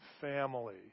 family